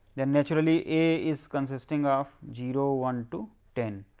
the naturally a is consisting of zero, one, two ten.